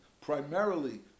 primarily